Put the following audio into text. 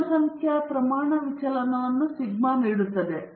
ಜನಸಂಖ್ಯಾ ಪ್ರಮಾಣಕ ವಿಚಲನವನ್ನು ಸಿಗ್ಮಾ ನೀಡಿದೆ